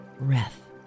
breath